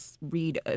read